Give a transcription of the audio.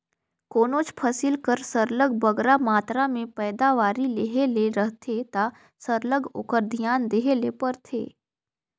कोनोच फसिल कर सरलग बगरा मातरा में पएदावारी लेहे ले रहथे ता सरलग ओकर धियान देहे ले परथे